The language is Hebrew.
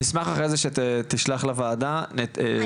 אני אשמח בבקשה שאחרי זה תשלח לוועדה את הנתונים שמוכיחים את זה.